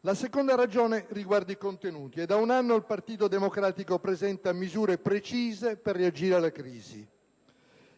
La seconda ragione riguarda i contenuti. Da un anno il Partito Democratico presenta misure precise per reagire alla crisi.